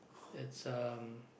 it's um